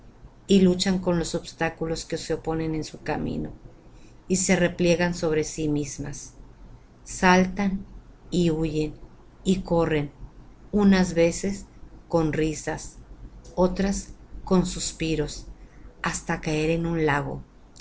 y luchan con los obstáculos que se oponen á su camino y se repliegan sobre sí mismas y saltan y huyen y corren unas veces con risa otras con suspiros hasta caer en un lago